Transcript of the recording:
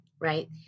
right